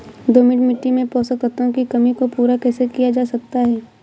दोमट मिट्टी में पोषक तत्वों की कमी को पूरा कैसे किया जा सकता है?